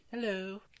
Hello